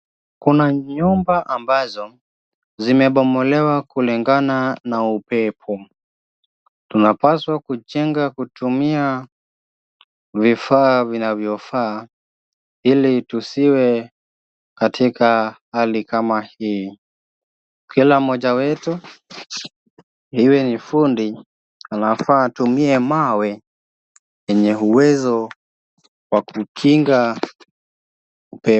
Kuna nyumba ambazo zimebomolewa kulingana na upepo. Tunapaswa kujenga kutumia vifaa vinavyofaa ili tusiwe katika hali kama hii. Kila mmoja wetu, iwe ni fundi anafaa atumie mawe yenye uwezo wa kukinga upepo.